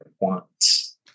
wants